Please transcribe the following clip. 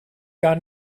gar